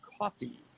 Coffee